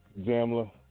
Jamla